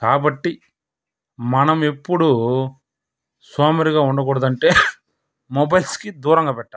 కాబట్టి మనం ఎప్పుడు సోమరిగా ఉండకూడదంటే మొబైల్స్కి దూరంగా పెట్టాలి